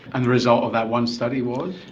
and the result of that one study was?